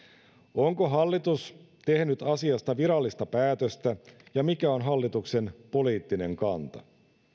onko hallitus tehnyt asiasta virallista päätöstä ja mikä on hallituksen poliittinen kanta